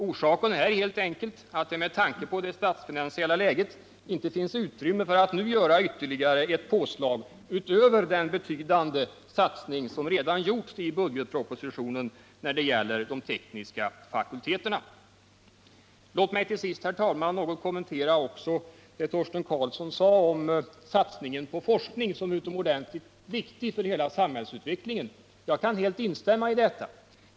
Orsaken är helt enkelt att det med tanke på det statsfinansiella läget inte finns utrymme för att nu göra ytterligare ett påslag utöver den betydande satsning som redan gjorts i budgetpropositionen när det gäller de tekniska fakulteterna. Låt mig till sist, herr talman, något kommentera vad Torsten Karlsson sade om satsningen på forskning, nämligen att den är utomordentligt viktig för hela samhällsutvecklingen. Jag kan helt instämma i detta.